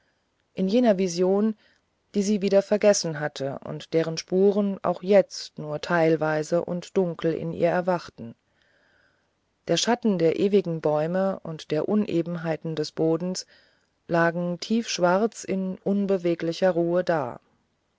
in jener vision die sie wieder vergessen hatte und deren spuren auch jetzt nur teilweise und dunkel in ihr erwachten die schatten der wenigen bäume und der unebenheiten des bodens lagen tiefschwarz in unbeweglicher ruhe da